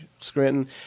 Scranton